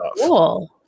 cool